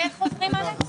הישיבה ננעלה בשעה